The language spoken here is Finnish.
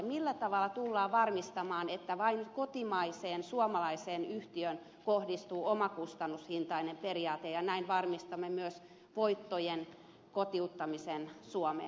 millä tavalla tullaan varmistamaan että vain kotimaiseen suomalaiseen yhtiöön kohdistuu omakustannushintainen periaate ja näin varmistamaan myös voittojen kotiuttamisen suomeen